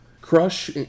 Crush